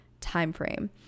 timeframe